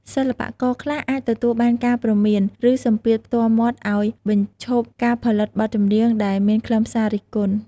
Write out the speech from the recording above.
សិល្បករខ្លះអាចទទួលបានការព្រមាន ឬសម្ពាធផ្ទាល់មាត់ឱ្យបញ្ឈប់ការផលិតបទចម្រៀងដែលមានខ្លឹមសាររិះគន់។